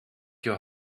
your